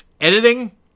editing